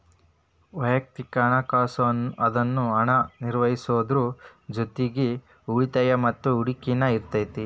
ವಯಕ್ತಿಕ ಹಣಕಾಸ್ ಅನ್ನುದು ಹಣನ ನಿರ್ವಹಿಸೋದ್ರ್ ಜೊತಿಗಿ ಉಳಿತಾಯ ಮತ್ತ ಹೂಡಕಿನು ಇರತೈತಿ